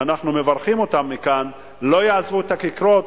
ואנחנו מברכים אותם מכאן, לא יעזבו את הכיכרות,